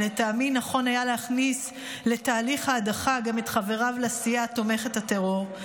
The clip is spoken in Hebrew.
ולטעמי נכון היה להכניס לתהליך ההדחה גם את חבריו לסיעה תומכת הטרור,